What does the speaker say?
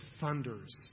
thunders